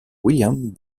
william